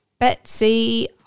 Betsy